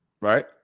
Right